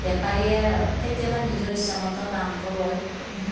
বেপাৰীয়ে কেতিয়াবা নিজৰ ইচ্ছামতেও দামটো লয়